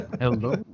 Hello